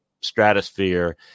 stratosphere